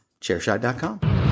chairshot.com